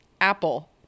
apple